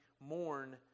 mourn